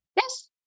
Yes